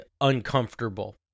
uncomfortable